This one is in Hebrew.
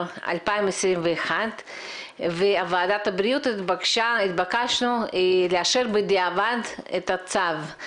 2021. התבקשנו לאשר בדיעבד את הצו.